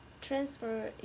transfer